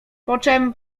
poczem